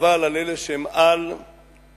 חבל על אלה שהם על דאבדין,